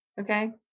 Okay